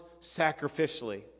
sacrificially